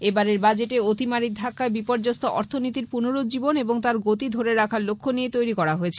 এবারের বাজেটে অতিমারির ধাক্কায় বিপর্যস্ত অর্থিনীতির পুনররুজ্জীবন এবং তার গতি ধরে রাখার লক্ষ্য নিয়ে তৈরি করা হয়েছে